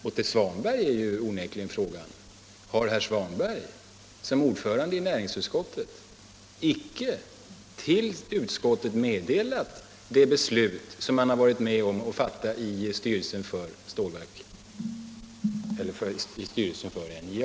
Och till Ingvar Svanberg blir frågan onekligen: Har herr Svanberg som ordförande i näringsutskottet icke till utskottet meddelat det beslut som han har varit med om att fatta i styrelsen för NJA?